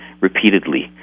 repeatedly